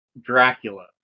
Dracula